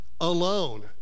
alone